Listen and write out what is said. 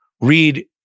read